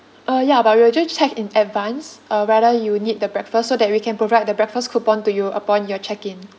uh ya but we will just check in advance uh whether you need the breakfast so that we can provide the breakfast coupon to you upon your check in